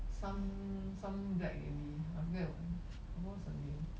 some some black lady I forget what I forgot what's her name